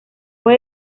fue